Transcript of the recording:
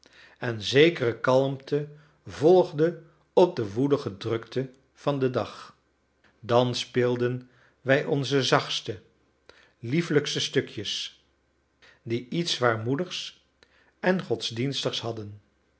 en zekere kalmte volgde op de woelige drukte van den dag dan speelden wij onze zachtste liefelijkste stukjes die iets zwaarmoedigs en godsdienstigs hadden